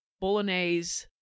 bolognese